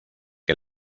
que